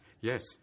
yes